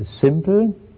simple